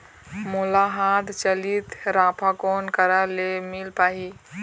मोला हाथ चलित राफा कोन करा ले मिल पाही?